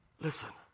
Listen